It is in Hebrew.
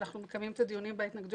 אנחנו מקיימים את הדיונים בהתנגדויות,